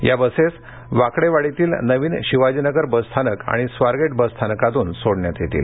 या बसेस वाकडेवाडीतील नवीन शिवाजीनगर बसस्थानक आणि स्वारगेट बसस्थानकातून सोडण्यात येतील